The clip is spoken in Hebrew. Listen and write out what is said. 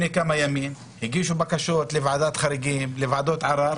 הגישו בקשות לוועדת חריגים ולוועדות ערר